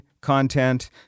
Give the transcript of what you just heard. content